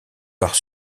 part